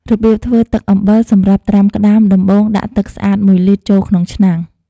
របៀបធ្វើទឹកអំបិលសម្រាប់ត្រាំក្ដាម ដំបូងដាក់ទឹកស្អាត ១ លីត្រ ចូលក្នុងឆ្នាំង។